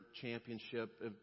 championship